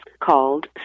called